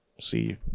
See